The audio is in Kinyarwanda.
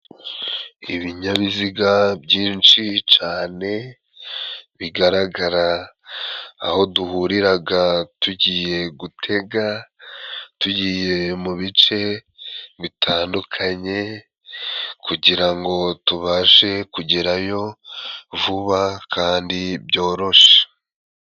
Ibinyabiziga byinshi cyane, bigaragara aho duhuriraga tugiye gutega, tugiye mu bice bitandukanye kugirango tubashe kugerayo vuba kandi byoroshye.